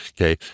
okay